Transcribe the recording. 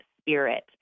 spirit